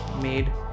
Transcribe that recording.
made